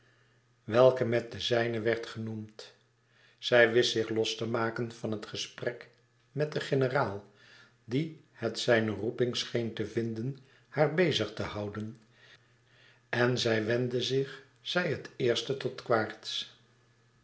dien met den zijne werd genoemd zij wist zich los te maken van het gesprek met den generaal die het zijne roeping scheen te vinden haar bezig te houden en zij wendde zich zij het eerste tot